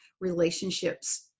Relationships